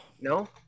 No